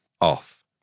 off